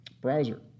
browser